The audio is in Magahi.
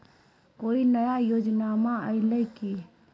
कोइ नया योजनामा आइले की?